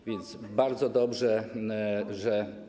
A więc bardzo dobrze, że.